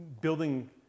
building